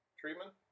treatment